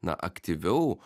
na aktyviau